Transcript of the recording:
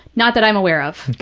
not that i'm aware of.